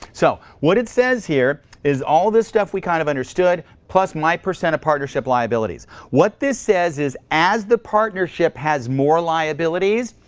so what it says here is all the stuff we kind of understood plus my percent of partnership liabilities. what this says is as the partnership has more liabilities,